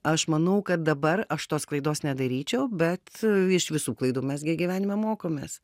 aš manau kad dabar aš tos klaidos nedaryčiau bet iš visų klaidų mes gi gyvenime mokomės